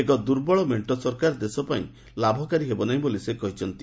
ଏକ ଦୂର୍ବଳ ମେଣ୍ଟ ସରକାର ଦେଶ ପାଇଁ ଲାଭକାରୀ ହେବ ନାହିଁ ବୋଲି ସେ କହିଛନ୍ତି